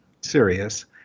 serious